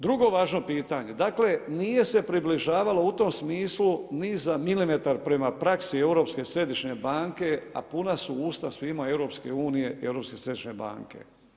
Drugo važno pitanje, dakle nije se približavalo u tom smislu ni za milimetar prema praksi Europske središnje banke, a puna su usta svima Europske unije i Europske središnje banke.